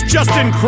Justin